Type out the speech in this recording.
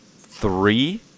three